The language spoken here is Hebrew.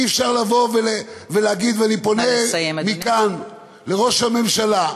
אי-אפשר להגיד, ואני פונה מכאן לראש הממשלה,